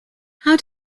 how